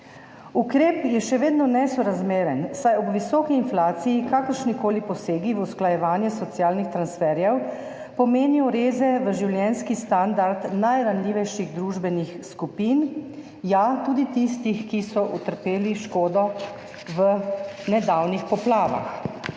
Ukrep je še vedno nesorazmeren, saj ob visoki inflaciji kakršnikoli posegi v usklajevanje socialnih transferjev pomenijo reze v življenjski standard najranljivejših družbenih skupin – ja, tudi tistih, ki so utrpeli škodo v nedavnih poplavah.